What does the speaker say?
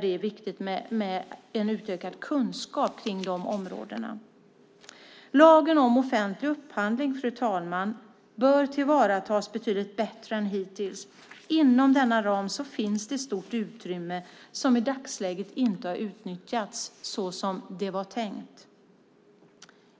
det är viktigt med en utökad kunskap om. Lagen om offentlig upphandling, fru talman, bör tillvaratas betydligt bättre än hittills. Inom denna ram finns det stort utrymme som i dagsläget inte har utnyttjats så som det var tänkt.